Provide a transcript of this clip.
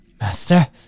Master